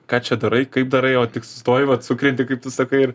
ką čia darai kaip darai o tik sustoji vat sukrenti kaip tu sakai ir